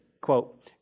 quote